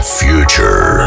future